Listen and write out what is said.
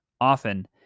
Often